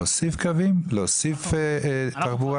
להוסיף קווים, להוסיף תחבורה.